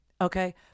okay